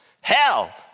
Hell